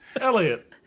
Elliot